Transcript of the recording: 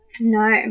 No